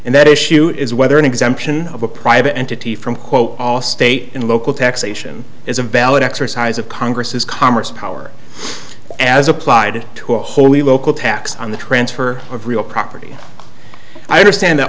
and that issue is whether an exemption of a private entity from quote all state and local taxation is a valid exercise of congress's commerce power as applied to a wholly local tax on the transfer of real property i understand othe